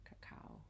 cacao